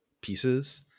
pieces